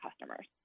customers